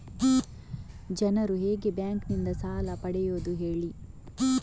ಜನರು ಹೇಗೆ ಬ್ಯಾಂಕ್ ನಿಂದ ಸಾಲ ಪಡೆಯೋದು ಹೇಳಿ